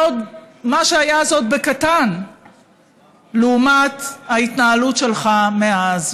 מה שהיה, זה עוד בקטן לעומת ההתנהלות שלך מאז.